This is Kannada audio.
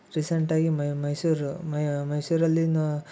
ರೀಸೆಂಟಾಗಿ ಮೈಸೂರು ಮೈಸೂರಲ್ಲಿಯೂ